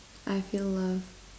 I feel loved